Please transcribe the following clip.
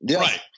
Right